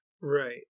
right